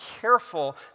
careful